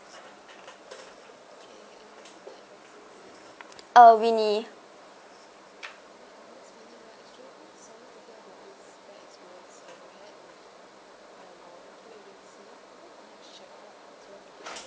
uh winnie